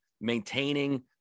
maintaining